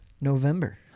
November